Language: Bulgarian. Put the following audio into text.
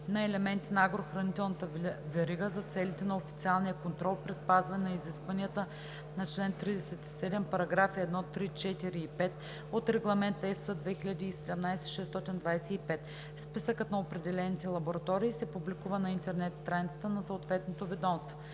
на елементи на агрохранителната верига за целите на официалния контрол при спазване на изискванията на чл. 37, параграфи 1, 3, 4 и 5 от Регламент (ЕС) 2017/625. Списъкът на определените лаборатории се публикува на интернет страницата на съответното ведомство.